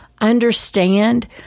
understand